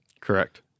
Correct